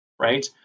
right